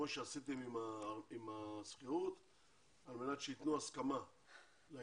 כמו שעשיתם עם השכירות על מנת שייתנו הסכמה לעניין